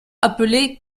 appelé